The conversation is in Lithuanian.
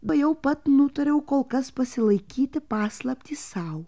ba jau pat nutariau kol kas pasilaikyti paslaptį sau